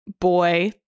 boy